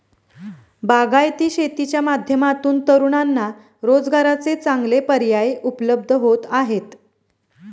बागायती शेतीच्या माध्यमातून तरुणांना रोजगाराचे चांगले पर्याय उपलब्ध होत आहेत